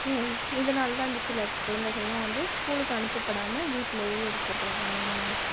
இதனால் தான் இந்த சில குழந்தைகளெலாம் வந்து ஸ்கூலுக்கு அனுப்பப்படாமல் வீட்டிலயே இருக்கப்படறாங்க